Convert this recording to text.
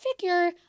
figure